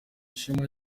ishema